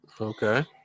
Okay